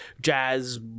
jazz